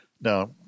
Now